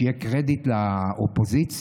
שיהיה קרדיט לאופוזיציה?